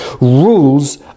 rules